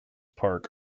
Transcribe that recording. park